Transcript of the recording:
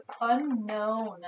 unknown